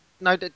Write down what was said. No